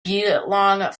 geelong